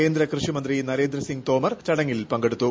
കേന്ദ്ര കൃഷി മന്ത്രി നരേന്ദ്ര സിംഗ് തോമർ ചടങ്ങിൽ പങ്കെടുത്തു